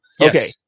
Okay